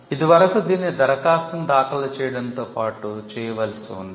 ఇది వరకు దీన్ని దరఖాస్తును దాఖలు చేయడంతో పాటు చేయవలసి ఉంది